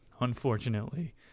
unfortunately